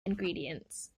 ingredients